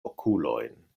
okulojn